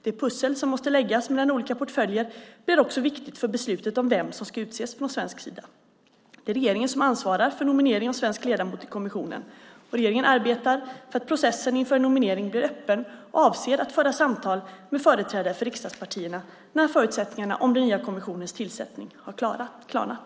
Det pussel som måste läggas mellan olika portföljer blir också viktigt för beslutet om vem som ska utses från svensk sida. Det är regeringen som ansvarar för nominering av svensk ledamot i kommissionen. Regeringen arbetar för att processen inför en nominering blir öppen och avser att föra samtal med företrädare för riksdagspartierna när förutsättningarna för den nya kommissionens tillsättning har klarnat.